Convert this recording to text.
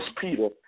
Peter